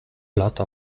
lata